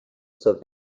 zur